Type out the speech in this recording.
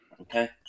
Okay